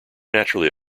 naturally